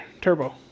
turbo